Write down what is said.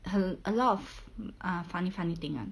很 a lot of ah funny funny thing ah